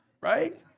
right